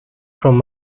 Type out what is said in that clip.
from